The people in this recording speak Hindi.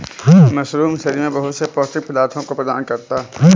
मशरूम शरीर में बहुत से पौष्टिक पदार्थों को प्रदान करता है